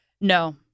No